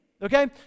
Okay